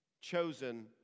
Chosen